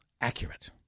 accurate